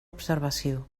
observació